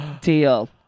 deal